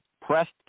pressed